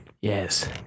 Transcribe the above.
Yes